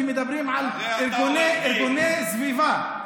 כשמדברים על ארגוני סביבה,